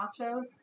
nachos